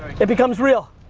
it becomes real.